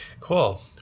cool